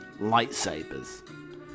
lightsabers